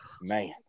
Man